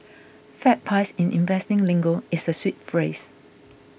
fat pies in investing lingo is a sweet phrase